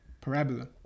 Parabola